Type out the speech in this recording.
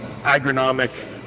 agronomic